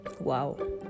wow